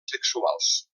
sexuals